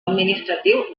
administratiu